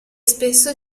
spesso